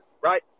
right